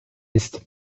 ist